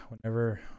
whenever